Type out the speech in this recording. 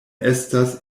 estas